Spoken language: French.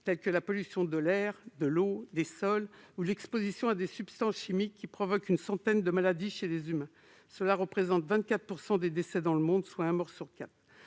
tels que la pollution de l'air, de l'eau ou des sols, ou encore l'exposition à des substances chimiques, qui provoque une centaine de maladies chez les humains. Cela représente 24 % des décès dans le monde, soit près